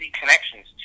connections